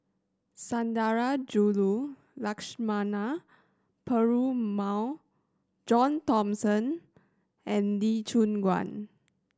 Sundarajulu Lakshmana Perumal John Thomson and Lee Choon Guan